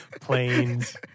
Planes